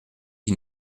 qui